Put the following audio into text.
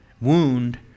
wound